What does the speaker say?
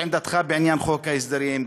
את עמדתך בעניין חוק ההסדרים,